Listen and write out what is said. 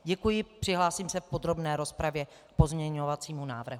Děkuji, přihlásím se v podrobné rozpravě k pozměňovacímu návrhu.